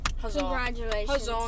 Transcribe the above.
congratulations